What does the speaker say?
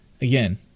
Again